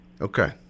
Okay